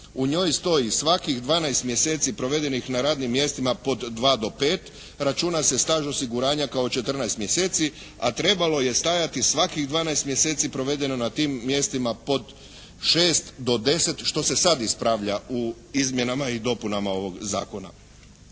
U njoj stoji: "Svakih 12 mjeseci provedenih na radnim mjestima pod 2 do 5 računa se staž osiguranja kao četrnaest mjeseci." a trebalo je stajati svakih 12 mjeseci provedeno na tim mjestima pod 6 do 10 što se sad ispravlja u izmjenama i dopunama ovog Zakona.